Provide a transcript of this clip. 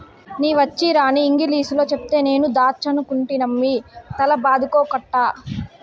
నీ వచ్చీరాని ఇంగిలీసులో చెప్తే నేను దాచ్చనుకుంటినమ్మి తల బాదుకోకట్టా